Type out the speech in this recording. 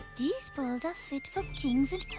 these pearls are fit for kings and